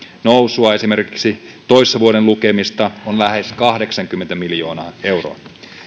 nousua esimerkiksi toissa vuoden lukemista on lähes kahdeksankymmentä miljoonaa euroa